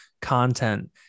content